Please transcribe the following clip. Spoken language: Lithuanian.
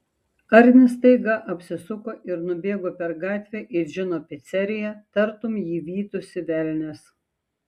arnis staiga apsisuko ir nubėgo per gatvę į džino piceriją tartum jį vytųsi velnias